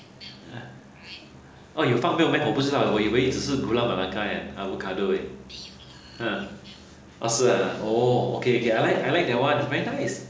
oh 有放 milk meh 我不知道我以为只是 gula melaka and avocado leh ha oh 是啊 oo okay okay I like I like that [one] very nice